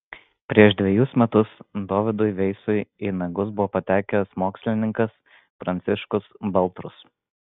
prieš dvejus metus dovydui veisui į nagus buvo patekęs mokslininkas pranciškus baltrus